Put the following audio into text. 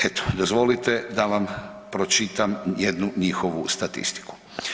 Eto dozvolite da vam pročitam jednu njihovu statistiku.